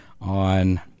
on